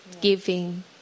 giving